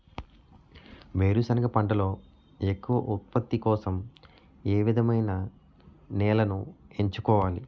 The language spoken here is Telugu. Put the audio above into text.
వేరుసెనగ పంటలో ఎక్కువ ఉత్పత్తి కోసం ఏ విధమైన నేలను ఎంచుకోవాలి?